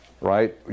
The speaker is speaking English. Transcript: right